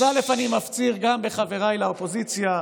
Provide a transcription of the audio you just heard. אז אני מפציר גם בחבריי לאופוזיציה,